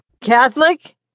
Catholic